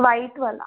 वाईटवाला